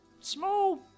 small